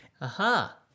Aha